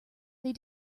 they